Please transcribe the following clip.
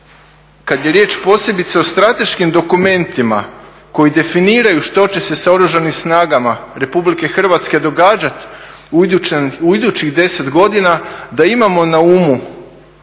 kad je riječ posebice o strateškim dokumentima koji definiraju što će se sa Oružanim snagama RH događat u idućih 10 godina da imamo na umu